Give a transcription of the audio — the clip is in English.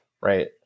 Right